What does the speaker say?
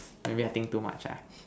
maybe I think too much ah